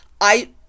I-